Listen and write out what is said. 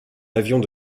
avions